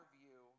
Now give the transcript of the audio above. view